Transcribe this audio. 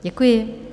Děkuji.